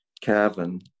Cavan